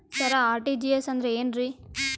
ಸರ RTGS ಅಂದ್ರ ಏನ್ರೀ?